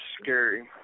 scary